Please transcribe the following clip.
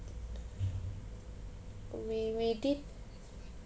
we we did